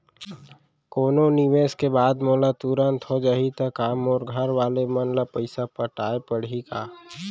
कोनो निवेश के बाद मोला तुरंत हो जाही ता का मोर घरवाले मन ला पइसा पटाय पड़ही का?